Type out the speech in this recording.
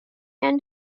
and